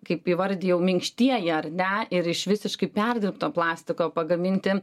kaip įvardijau minkštieji ar ne ir iš visiškai perdirbto plastiko pagaminti